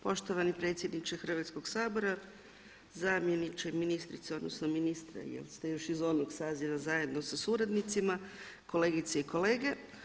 Poštovani predsjedniče Hrvatskog sabora, zamjeniče ministrice odnosno ministra jer ste još iz onog saziva zajedno sa suradnicima, kolegice i kolege.